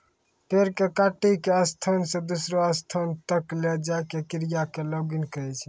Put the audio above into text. पेड़ कॅ काटिकॅ एक स्थान स दूसरो स्थान तक लै जाय के क्रिया कॅ लॉगिंग कहै छै